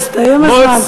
הסתיים הזמן,